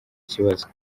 kibazo